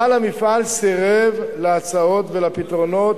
בעל המפעל סירב להצעות ולפתרונות,